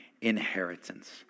inheritance